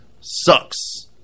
sucks